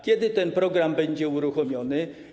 Kiedy ten program będzie uruchomiony?